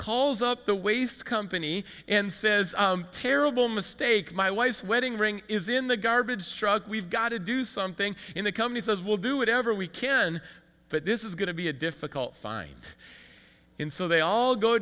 calls up the waste company and says terrible mistake my wife's wedding ring is in the garbage strug we've got to do something in the company says will do whatever we can but this is going to be a difficult find in so they all go